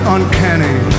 Uncanny